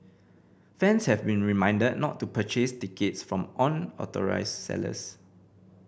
fans have been reminded not to purchase tickets from unauthorised sellers